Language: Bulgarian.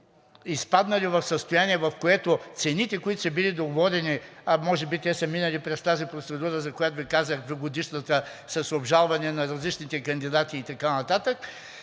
изпаднали в състояние, в което цените, които са били договорени, а може би те са минали през тази процедура, за която Ви казах, двугодишната, с обжалване на различните кандидати и така нататък,